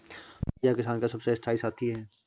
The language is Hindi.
हंसिया किसान का सबसे स्थाई साथी है